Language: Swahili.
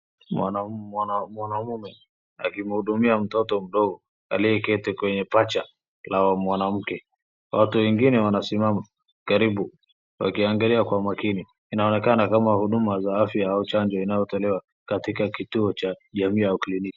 Mwanaume akimhudumia mtoto mdogo aliyeketi kwenye pacha la mwanamke. Watu wengine wanasimama karibu wakiangalia kwa makini. Inaonekana kama huduma za afya au chajo inayotolewa katika kituo cha jamii au kliniki.